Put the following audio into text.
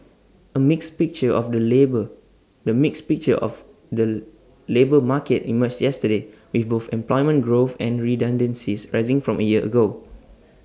A mixed picture of the labour the mixed picture of the labour market emerged yesterday with both employment growth and redundancies rising from A year ago